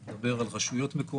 אני מדבר על רשויות מקומיות,